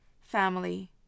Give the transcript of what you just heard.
family